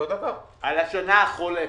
עבור השנה החולפת.